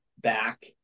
back